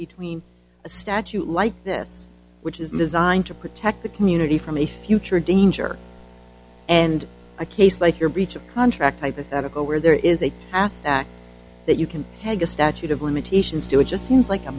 between a statute like this which is designed to protect the community from a future danger and a case like your breach of contract hypothetical where there is a that you can have a statute of limitations to it just seems like a